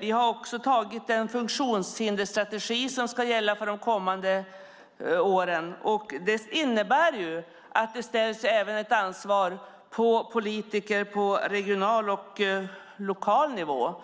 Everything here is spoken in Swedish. Vi har också antagit en strategi för funktionshindrade som ska gälla under de kommande åren. Det innebär att det även finns ett ansvar hos politiker på regional och lokal nivå.